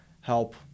help